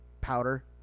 powder